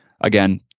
again